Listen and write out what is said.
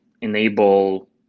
enable